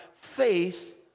faith